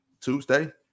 Tuesday